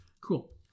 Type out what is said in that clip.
Cool